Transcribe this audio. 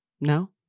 No